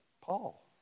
Paul